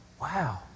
Wow